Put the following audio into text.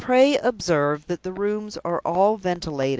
pray observe that the rooms are all ventilated,